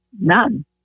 none